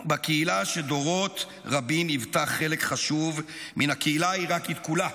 בקהילה שדורות רבים היוותה חלק חשוב מן הקהילה העיראקית כולה.